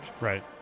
Right